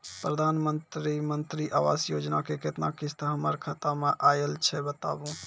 प्रधानमंत्री मंत्री आवास योजना के केतना किस्त हमर खाता मे आयल छै बताबू?